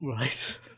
right